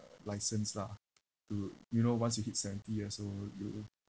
license lah to you know once you hit seventy years old you